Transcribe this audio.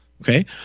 Okay